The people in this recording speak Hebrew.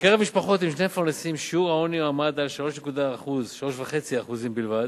בקרב משפחות עם שני מפרנסים שיעור העוני היה 3.5% בלבד,